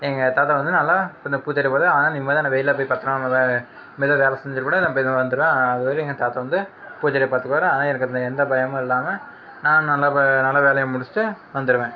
எங்கள் தாத்தா வந்து நல்லா கொஞ்சம் பூச்செடி போடுறாரு அதனாலே நிம்மதியாக நான் வெளியில் போய் பத்து நாள் வேலை மெதுவாக வேலை செஞ்சுட்டுக் கூட நான் மெதுவாக வந்துடுவேன் அதுவரையும் எங்கள் தாத்தா வந்து பூச்செடியை பார்த்துக்குவாரு அதனாலே எனக்கு எந்த பயமும் இல்லாமல் நான் நல்லா நல்லா வேலையை முடிச்சுட்டு வந்துடுவேன்